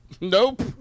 Nope